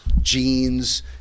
jeans